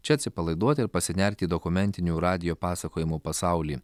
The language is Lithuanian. čia atsipalaiduoti ir pasinerti į dokumentinių radijo pasakojimų pasaulį